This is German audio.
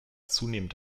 zunehmend